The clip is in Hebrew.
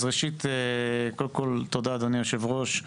תודה אדוני היושב-ראש,